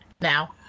now